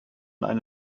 eine